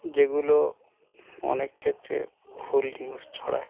যেগুলো অনেক ক্ষেত্রে ভুল নিউজ ছড়ায়